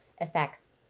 effects